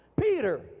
Peter